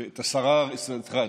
סליחה.